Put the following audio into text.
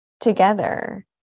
together